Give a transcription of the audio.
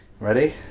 Ready